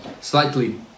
slightly